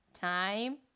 time